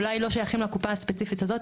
הם אולי לא שייכים לקופה הספציפית הזו,